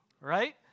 Right